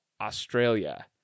Australia